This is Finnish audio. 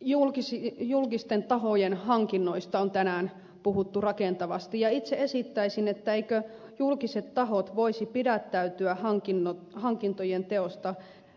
myöskin julkisten tahojen hankinnoista on tänään puhuttu rakentavasti ja itse esittäisin eivätkö julkiset tahot voisi pidättäytyä hankintojen teosta